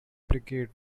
brigade